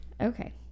Okay